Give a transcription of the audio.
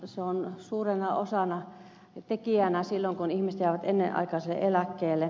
se on suurena osatekijänä silloin kun ihmiset jäävät ennenaikaiselle eläkkeelle